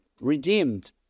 redeemed